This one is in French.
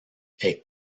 est